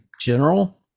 general